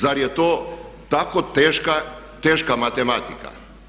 Zar je to tako teška matematika?